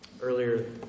earlier